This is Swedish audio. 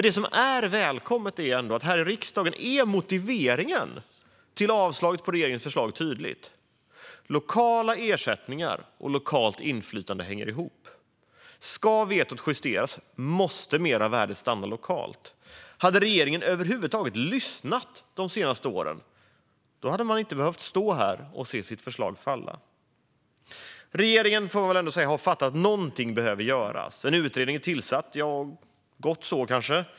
Det som är välkommet är ändå att här i riksdagen är motiveringen till avslaget på regeringens förslag tydligt. Lokala ersättningar och lokalt inflytande hänger ihop. Ska vetot justeras måste mer värde stanna lokalt. Hade regeringen över huvud taget lyssnat de senaste åren hade de inte behövt stå här och se sitt förslag falla. Man får väl ändå säga att regeringen har fattat att någonting behöver göras. En utredning är tillsatt - gott så kanske.